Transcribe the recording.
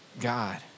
God